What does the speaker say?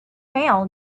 male